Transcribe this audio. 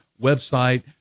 website